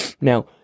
now